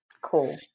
Cool